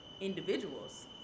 individuals